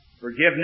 forgiveness